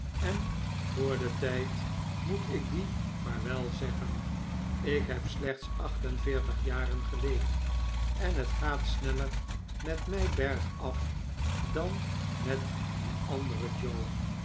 en voor den tijd moet ik die vaarwelzeggen ik heb slechts acht en veertig jaren geleefd en het gaat sneller met mij berg af dan met dien anderen joe